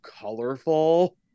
colorful